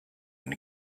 and